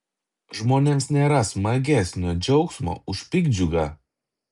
žmonėms nėra smagesnio džiaugsmo už piktdžiugą